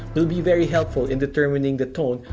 will be very helpful in determining the tone,